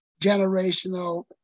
generational